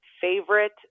favorite